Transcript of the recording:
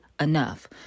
enough